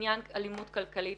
בעניין האלימות הכלכלית.